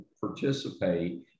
participate